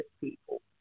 people